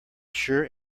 sure